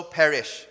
perish